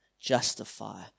justify